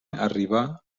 arriba